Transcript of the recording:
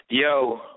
yo